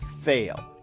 fail